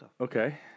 Okay